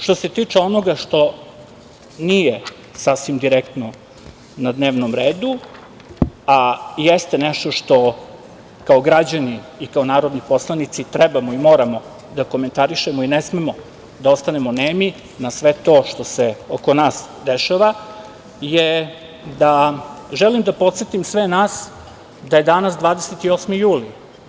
Što se tiče onoga što nije sasvim direktno na dnevnom redu, a jeste nešto što, kao građani i, kao narodni poslanici, trebamo i moramo da komentarišemo je, ne smemo da ostanemo nemi na sve to što se oko nas dešava je da želim da podsetim sve nas, da je danas 28. juli.